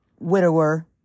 widower